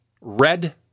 red